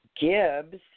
Gibbs